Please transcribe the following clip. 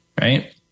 Right